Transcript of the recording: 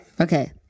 Okay